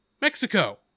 mexico